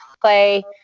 play